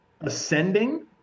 ascending